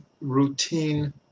routine